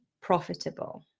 profitable